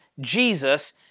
Jesus